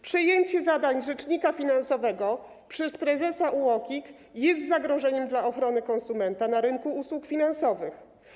Przejęcie rzecznika finansowego przez prezesa UOKiK jest zagrożeniem dla ochrony konsumenta na rynku usług finansowych.